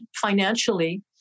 financially